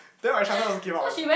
then my instructor also came out [one]